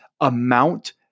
amount